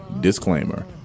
Disclaimer